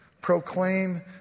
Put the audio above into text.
Proclaim